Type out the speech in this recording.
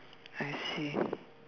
I see